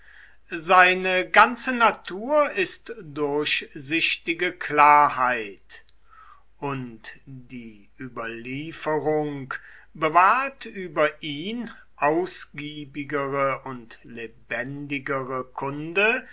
seine ganze natur ist durchsichtige klarheit und die überlieferung bewahrt über ihn ausgiebigere und lebendigere kunde